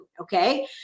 okay